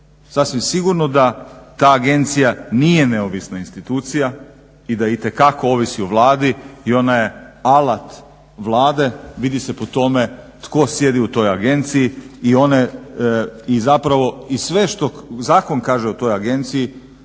Sasvim sigurno da ta agencija nije neovisna institucija i da itekako ovisi o Vladi i ona je alat Vlade, vidi se po tome tko sjedi u toj agenciji i zapravo sve što zakon kaže o toj agenciji